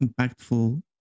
impactful